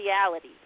reality